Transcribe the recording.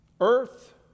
earth